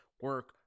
Work